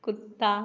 कुत्ता